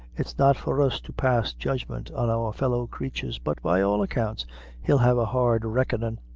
it's not for us to pass judgment on our fellow-creatures but by all accounts he'll have a hard reckonin'.